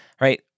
right